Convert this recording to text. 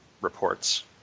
reports